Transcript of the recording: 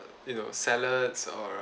you know salads or